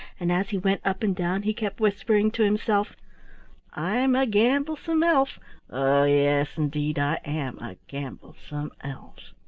and as he went up and down he kept whispering to himself i'm a gamblesome elf oh, yes, indeed i am a gamblesome elf.